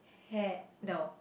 hello